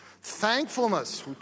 thankfulness